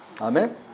amen